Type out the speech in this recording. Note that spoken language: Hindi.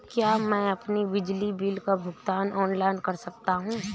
क्या मैं अपने बिजली बिल का भुगतान ऑनलाइन कर सकता हूँ?